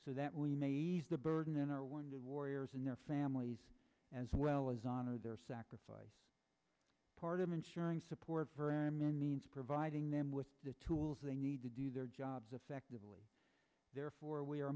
so that we made the burden on our one the warriors and their families as well as honor their sacrifice part of ensuring support for our men means providing them with the tools they need to do their jobs effectively therefore we are